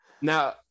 Now